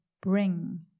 bring